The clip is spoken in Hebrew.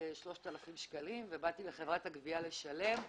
3,000 שקלים ובאתי לחברת הגבייה לשלם.